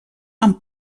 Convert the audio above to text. amb